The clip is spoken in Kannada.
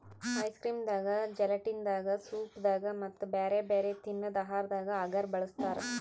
ಐಸ್ಕ್ರೀಮ್ ದಾಗಾ ಜೆಲಟಿನ್ ದಾಗಾ ಸೂಪ್ ದಾಗಾ ಮತ್ತ್ ಬ್ಯಾರೆ ಬ್ಯಾರೆ ತಿನ್ನದ್ ಆಹಾರದಾಗ ಅಗರ್ ಬಳಸ್ತಾರಾ